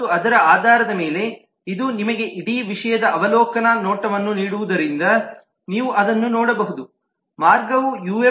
ಮತ್ತು ಅದರ ಆಧಾರದ ಮೇಲೆ ಇದು ನಿಮಗೆ ಇಡೀ ವಿಷಯದ ಅವಲೋಕನ ನೋಟವನ್ನು ನೀಡುವುದರಿಂದ ನೀವು ಅದುನ್ನು ನೋಡಬಹುದು ಮಾರ್ಗವು ಯುಎಂಎಲ್ 2